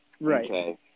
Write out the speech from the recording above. Right